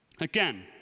Again